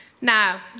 Now